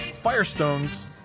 Firestone's